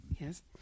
yes